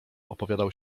opowiadał